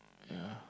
yeah